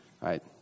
Right